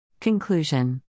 Conclusion